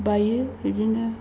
बायो बिदिनो